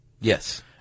Yes